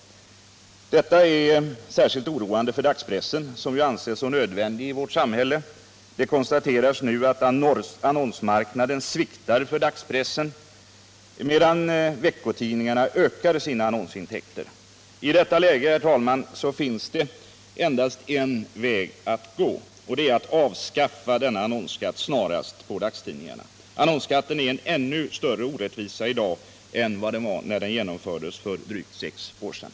Detta är särskilt oroande för dagspressen, som ju har ansetts så nödvändig i vårt samhälle. Det konstateras nu att annonsmarknaden sviktar för dagspressen, medan veckotidningarna ökar sina annonsintäkter. I detta läge, herr talman, finns det endast en väg att gå: Avskaffa snarast annonsskatten på dagstidningarna! Annonsskatten är en ännu större orättvisa i dag än den var när den genomfördes för drygt sex år sedan.